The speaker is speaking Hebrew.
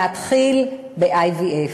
להתחיל ב-IVF.